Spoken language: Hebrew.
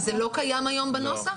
וזה לא קיים היום בנוסח?